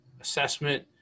assessment